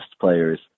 players